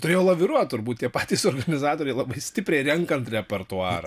turėjo laviruot turbūt tie patys organizatoriai labai stipriai renkant repertuarą